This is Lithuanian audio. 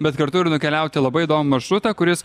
bet kartu ir nukeliauti labai įdomų maršrutą kuris